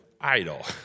idol